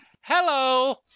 hello